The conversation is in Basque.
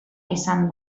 izan